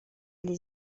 или